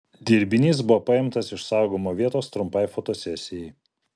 dirbinys buvo paimtas iš saugojimo vietos trumpai fotosesijai